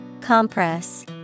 Compress